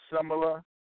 similar